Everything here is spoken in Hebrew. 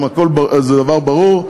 זה דבר ברור.